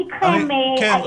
אני אתכם.